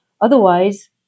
Otherwise